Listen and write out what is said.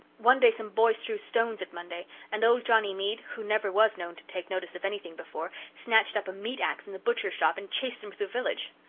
one day some boys threw stones at monday and old johnny mead, who never was known to take notice of anything before, snatched up a meat axe in the butcher's shop and chased them through the village.